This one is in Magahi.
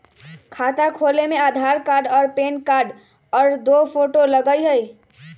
खाता खोले में आधार कार्ड और पेन कार्ड और दो फोटो लगहई?